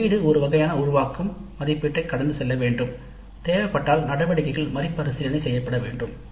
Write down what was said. வெளியீடு ஒரு வகையான உருவாக்கும் மதிப்பீட்டைக் கடந்து செல்ல வேண்டும் தேவைப்படும் நடவடிக்கைகள் மறுபரிசீலனை செய்யப்பட வேண்டும்